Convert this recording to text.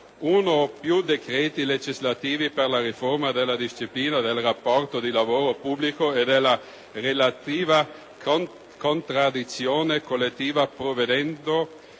uno o più decreti legislativi per la riforma della disciplina del rapporto di lavoro pubblico e della relativa contrattazione collettiva, prevedendo,